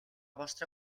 vostra